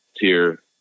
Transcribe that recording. tier